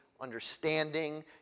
understanding